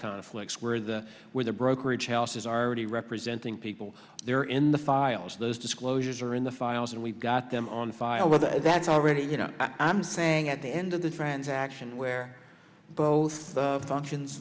conflicts where the where the brokerage houses are already representing people there in the files those disclosures are in the files and we've got them on file that's already you know i'm saying at the end of the transaction where both functions